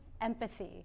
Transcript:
empathy